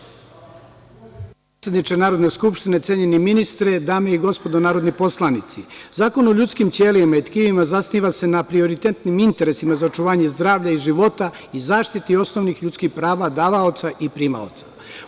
Uvaženi potpredsedniče Narodne skupštine, cenjeni ministre, dame i gospodo narodni poslanici, Zakon o ljudskim ćelijama i tkivima zasniva se na prioritetnim interesima za očuvanje zdravlja i života i zaštiti osnovnih ljudskih prava, davaoca i primaoca.